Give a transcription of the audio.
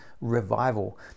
revival